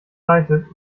leitet